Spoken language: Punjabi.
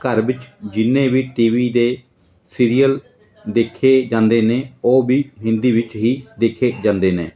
ਘਰ ਵਿੱਚ ਜਿੰਨੇ ਵੀ ਟੀ ਵੀ ਦੇ ਸੀਰੀਅਲ ਦੇਖੇ ਜਾਂਦੇ ਨੇ ਉਹ ਵੀ ਹਿੰਦੀ ਵਿੱਚ ਹੀ ਦੇਖੇ ਜਾਂਦੇ ਨੇ